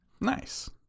Nice